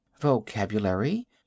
Vocabulary